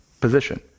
position